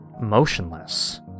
motionless